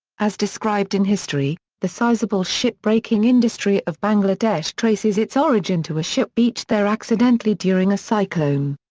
as described in history, the sizeable ship breaking industry of bangladesh traces its origin to a ship beached there accidentally during a cyclone.